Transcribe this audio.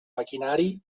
maquinari